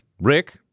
Rick